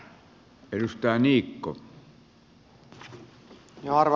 arvoisa puhemies